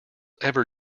ever